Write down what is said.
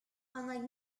unlike